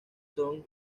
son